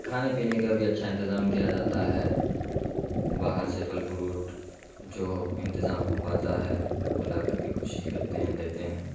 کھانے پینے کا بھی اچھا انتظام کیا جاتا ہے باہر سے پھل فروٹ جو انتظام ہو پاتا ہے وہ لا کر کے کوشش کرتے ہیں دیتے ہیں